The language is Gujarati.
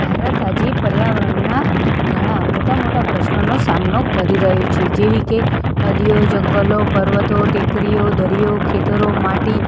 ભારત આજે પર્યાવરણના ઘણા મોટા મોટા પ્રશ્નનો સામનો કરી રહ્યું છે જેવી કે નદીઓ જંગલો પર્વતો ટેકરીઓ દરીયો ખેતરો માટી